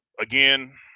again